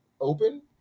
open